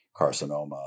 carcinoma